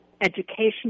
education